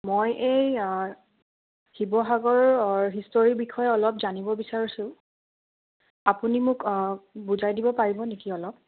মই এই শিৱসাগৰৰ হিষ্টৰীৰ বিষয়ে অলপ জানিব বিচাৰিছোঁ আপুনি মোক বুজাই দিব পাৰিব নেকি অলপ